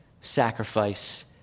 sacrifice